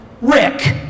Rick